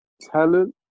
talent